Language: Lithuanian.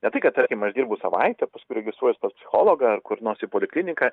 ne tai kad tarkim aš dirbu savaitę paskui registruojuos pas psichologą ar kur nors į polikliniką